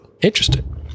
Interesting